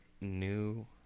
New